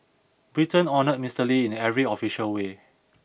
Britain honoured Mister Lee in every official way